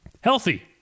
healthy